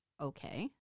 Okay